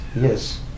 Yes